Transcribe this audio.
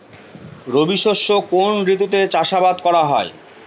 রবি শস্য কোন ঋতুতে চাষাবাদ করা হয়?